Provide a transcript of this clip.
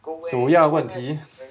主要问题